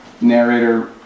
narrator